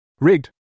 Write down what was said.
Rigged